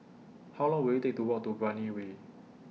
How Long Will IT Take to Walk to Brani Way